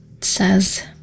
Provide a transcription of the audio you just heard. Says